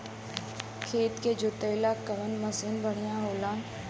खेत के जोतईला कवन मसीन बढ़ियां होला?